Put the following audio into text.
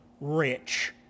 rich